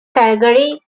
calgary